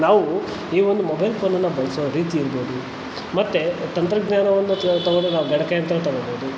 ನಾವು ಈ ಒಂದು ಮೊಬೈಲ್ ಫೋನನ್ನು ಬಳಸೋ ರೀತಿ ಇರ್ಬೋದು ಮತ್ತು ತಂತ್ರಜ್ಞಾನವನ್ನು ತಗೊಳೋದಾದ ಗಣಕಯಂತ್ರ ತಗೊಬೋದು